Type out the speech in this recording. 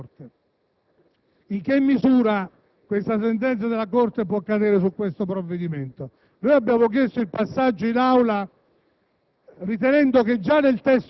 su questa sentenza della Corte. In che misura questa sentenza della Corte può ricadere sul provvedimento in esame? Noi abbiamo chiesto il passaggio in Aula,